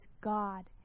God